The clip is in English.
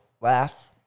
laugh